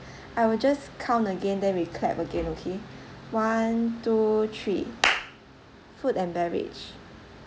I will just count again then we clap again okay one two three food and beverage